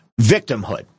victimhood